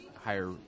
higher